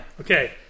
Okay